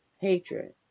hatred